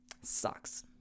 Sucks